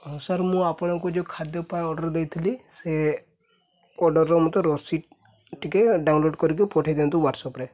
ହଁ ସାର୍ ମୁଁ ଆପଣଙ୍କୁ ଯେଉଁ ଖାଦ୍ୟ ପାଇଁ ଅର୍ଡ଼ର୍ ଦେଇଥିଲି ସିଏ ଅର୍ଡ଼ର୍ର ମୋତେ ରସିଦ ଟିକେ ଡାଉନ୍ଲୋଡ଼୍ କରିକି ପଠେଇ ଦିଅନ୍ତୁ ହ୍ୱାଟସ୍ଆପ୍ରେ